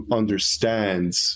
understands